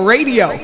Radio